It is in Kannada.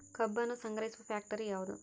ಕಬ್ಬನ್ನು ಸಂಗ್ರಹಿಸುವ ಫ್ಯಾಕ್ಟರಿ ಯಾವದು?